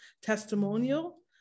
testimonial